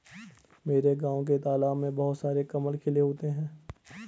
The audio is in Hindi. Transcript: मेरे गांव के तालाब में बहुत सारे कमल खिले होते हैं